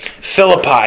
Philippi